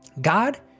God